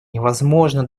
невозможно